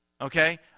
Okay